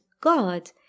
God